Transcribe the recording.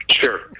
Sure